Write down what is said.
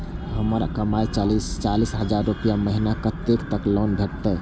हमर कमाय चालीस हजार रूपया महिना छै कतैक तक लोन भेटते?